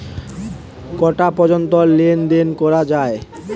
কটা পর্যন্ত লেন দেন করা য়ায়?